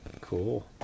Cool